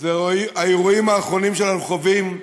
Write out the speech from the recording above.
זה האירועים האחרונים שאנחנו חווים?